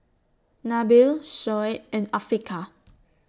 Nabil Shoaib and Afiqah